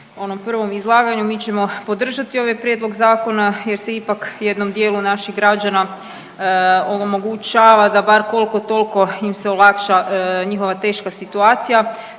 onom prvom izlaganju mi ćemo podržati ovaj prijedlog zakona jer se ipak u jednom dijelu naših građana omogućava da bar koliko toliko im se olakša njihova teška situacija,